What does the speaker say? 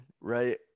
right